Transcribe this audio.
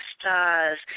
stars